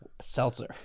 seltzer